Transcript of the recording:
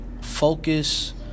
focus